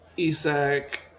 Isaac